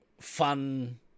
fun